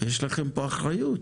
יש לכם פה אחריות,